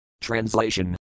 Translation